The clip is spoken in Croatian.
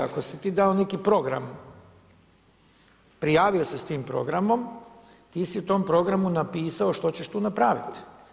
Ako si ti dao neki program prijavio se s tim programom, ti si u tom programu napisao što ćeš tu napraviti.